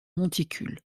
monticule